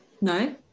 no